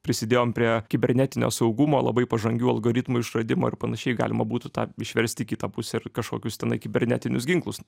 prisidėjom prie kibernetinio saugumo labai pažangių algoritmų išradimo ir panašiai galima būtų tą išverst į kitą pusę ir kažkokius tenai kibernetinius ginklus